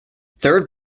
third